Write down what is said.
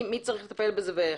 מי צריך לטפל בזה ואיך?